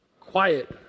Quiet